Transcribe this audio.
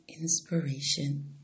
Inspiration